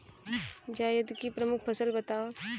जायद की प्रमुख फसल बताओ